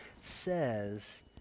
says